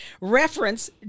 reference